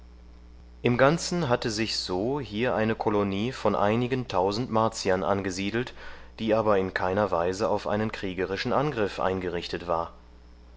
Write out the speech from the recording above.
im ganzen hatte sich so hier eine kolonie von einigen tausend martiern angesiedelt die aber in keiner weise auf einen kriegerischen angriff eingerichtet war